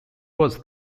was